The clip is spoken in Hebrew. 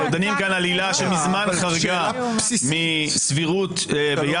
אנחנו דנים כאן על עילה שמזמן חרגה מסבירות ביחס